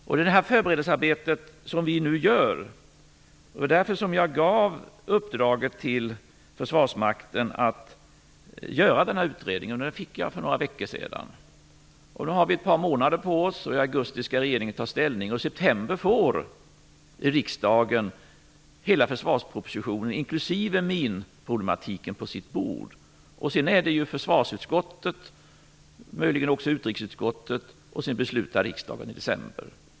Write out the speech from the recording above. Vi gör nu ett förberedelsearbete, och det var därför som jag gav uppdraget till Försvarsmakten att göra denna utredning. Den fick jag för ett par veckor sedan. Nu har vi ett par månader på oss. I augusti skall regeringen ta ställning och i september får riksdagen hela försvarspropositionen, inklusive minproblematiken på sitt bord. Sedan är det försvarsutskottet, möjligen också utrikesutskottet, som tar hand om frågan, och därefter beslutar riksdagen i december.